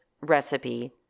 recipe